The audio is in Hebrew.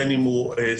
בין אם הוא סטודנט,